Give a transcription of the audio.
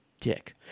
dick